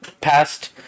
past